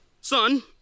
Son